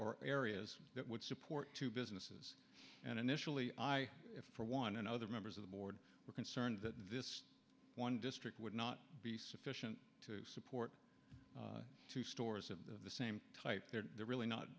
or areas that would support two businesses and initially i for one and other members of the board were concerned that this one district would not be sufficient to support two stores of the same type they're really not